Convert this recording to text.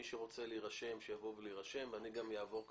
מי שרוצה להירשם שיירשם ואני גם אעבור ואתן.